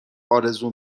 آرزو